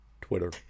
Twitter